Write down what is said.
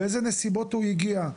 באילו נסיבות הוא הגיע.